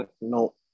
No